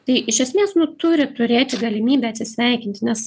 tai iš esmės nu turi turėti galimybę atsisveikinti nes